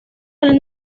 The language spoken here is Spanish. del